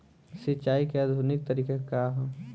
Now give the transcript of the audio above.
सिंचाई क आधुनिक तरीका का ह?